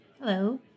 Hello